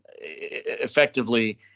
effectively